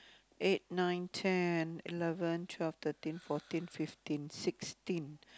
eight nine ten eleven twelve thirteen fourteen fifteen sixteen